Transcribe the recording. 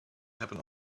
happen